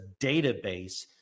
database